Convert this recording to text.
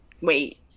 wait